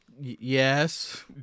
Yes